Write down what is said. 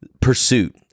pursuit